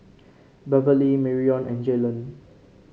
Beverley Marion and Jalon